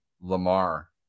Lamar